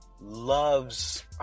loves